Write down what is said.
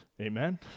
amen